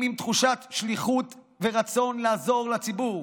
עם תחושת שליחות ורצון לעזור לציבור,